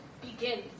begins